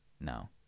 No